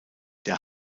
der